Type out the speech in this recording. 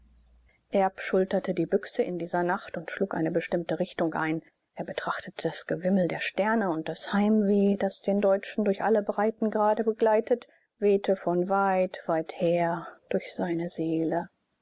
schulterte die büchse in dieser nacht und schlug eine bestimmte richtung ein er betrachtete das gewimmel der sterne und das heimweh das den deutschen durch alle breitengrade begleitet wehte von weit weither durch seine seele